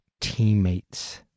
teammates